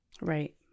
Right